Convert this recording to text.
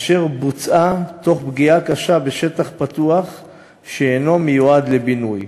אשר בוצעה תוך פגיעה קשה בשטח פתוח שאינו מיועד לבינוי.